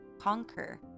conquer